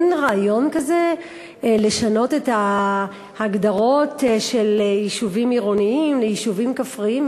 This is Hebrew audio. אין רעיון כזה לשנות את ההגדרות של יישובים עירוניים ליישובים כפריים?